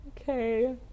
Okay